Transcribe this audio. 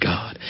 God